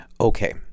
Okay